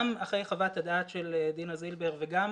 גם אחרי חוות הדעת של דינה זילבר וגם